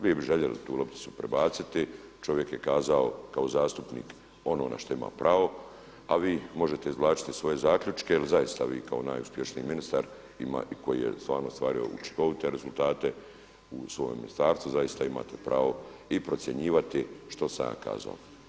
Vi bi željeli tu lopticu prebaciti, čovjek je kazao kao zastupnik ono na što ima pravo a vi možete izvlačiti svoje zaključke jer zaista vi kao najuspješniji ministar i koji je stvarno ostvario učinkovite rezultate u svojem ministarstvu zaista imate pravo i procjenjivati što sam ja kazao.